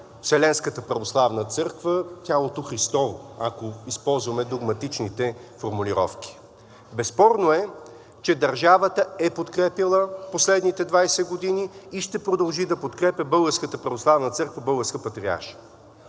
Вселенската православна църква „Тялото Христово“, ако използваме догматичните формулировки. Безспорно е, че държавата е подкрепяла в последните 20 години и ще продължи да подкрепя Българската православна църква – Българска Патриаршия.